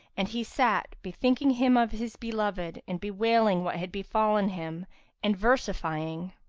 and he sat, bethinking him of his beloved, and bewailing what had befallen him and versifying,